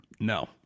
No